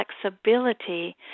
flexibility